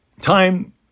time